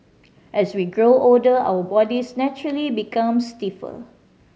as we grow older our bodies naturally become stiffer